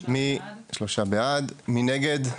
מי נגד?